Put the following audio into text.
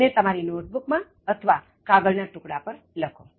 તેને તમારી નોટબુક માં અથવા કાગળ ના ટૂકડા પર લખો